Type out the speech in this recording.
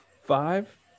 Five